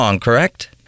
Correct